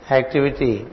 activity